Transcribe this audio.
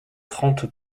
trente